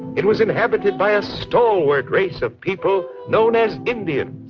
it was inhabited by a stalwart race of people known as indians.